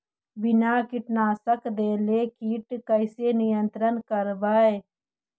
बिना कीटनाशक देले किट कैसे नियंत्रन करबै?